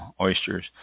oysters